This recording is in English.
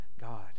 God